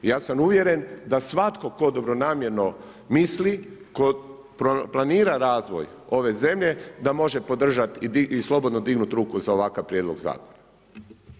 I ja sam uvjeren, da svatko tko dobronamjerno misli, kod planira razvoj ove zemlje, da može podržati i slobodno dignuti ruku za ovakav prijedlog zakona.